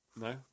No